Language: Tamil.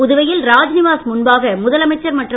புதுவையில் ராஜ்நிவாஸ் முன்பாக முதலமைச்சர் மற்றும்